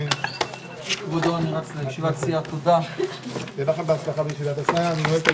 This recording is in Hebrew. תודה לכולם הישיבה נעולה.